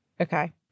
Okay